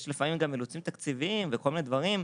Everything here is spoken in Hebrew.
יש לפעמים גם אילוצים תקציביים וכל מיני דברים.